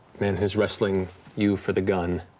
man who's wrestling you for the gun